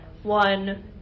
one